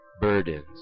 burdens